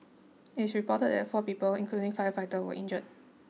it should reported that four people including firefighter were injured